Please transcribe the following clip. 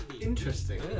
Interesting